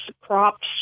crops